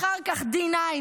אחר כך D9,